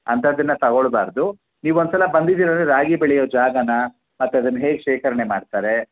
ಅಂಥದ್ದನ್ನು ತಗೊಳ್ಬಾರ್ದು ನೀವು ಒಂದ್ಸಲ ಬಂದಿದಿರಾಂದ್ರೆ ರಾಗಿ ಬೆಳೆಯೋ ಜಾಗನ ಮತ್ತೆ ಅದನ್ನು ಹೇಗೆ ಶೇಖರಣೆ ಮಾಡ್ತಾರೆ